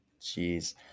Jeez